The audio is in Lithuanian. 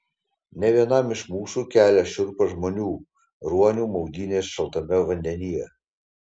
ne vienam iš mūsų kelia šiurpą žmonių ruonių maudynės šaltame vandenyje